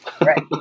Right